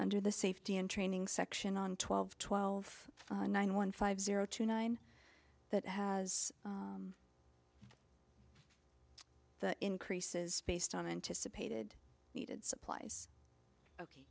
under the safety and training section on twelve twelve nine one five zero two nine that has the increases based on anticipated needed supplies